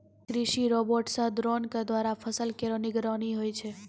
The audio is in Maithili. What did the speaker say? कृषि रोबोट सह द्रोण क द्वारा फसल केरो निगरानी होय छै